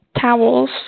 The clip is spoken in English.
Towels